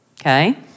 okay